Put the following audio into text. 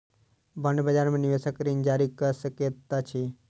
bond बजार में निवेशक ऋण जारी कअ सकैत अछि